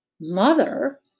Mother